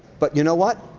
but you know what?